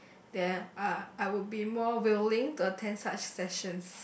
then uh I will be more willing to attend such sessions